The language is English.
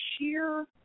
sheer